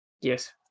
Yes